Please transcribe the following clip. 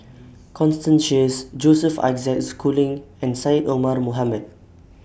Constance Sheares Joseph Isaac Schooling and Syed Omar Mohamed